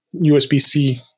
USB-C